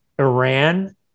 Iran